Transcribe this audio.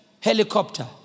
helicopter